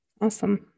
Awesome